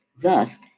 Thus